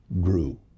grew